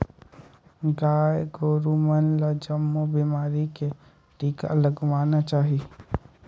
गाय गोरु मन ल जमो बेमारी के टिका लगवाना चाही